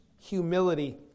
humility